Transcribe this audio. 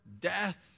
death